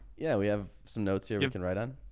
yeah, we have some notes here you can write on.